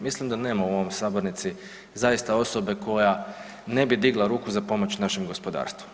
Mislim da nema u ovoj sabornici zaista osobe koja ne bi digla ruku za pomoć našem gospodarstvu.